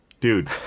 Dude